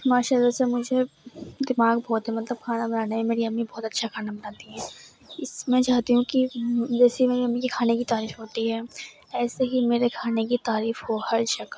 ما شاء اللہ سے مجھے دماغ بہت ہے مطلب کھانا بنانے میں میری امی بہت اچھا کھانا بناتی ہیں میں چاہتی ہوں کہ جیسے میری امی کے کھانے کی تعریف ہوتی ہے ایسے ہی میرے کھانے کی تعریف ہو ہر جگہ